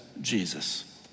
Jesus